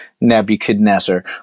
Nebuchadnezzar